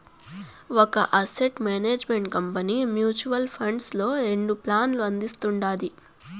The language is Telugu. ఒక asset management company mutual funds లో రెండు ప్లాన్లు అందిస్తుండాది